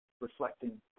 reflecting